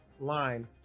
line